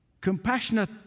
compassionate